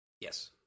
Yes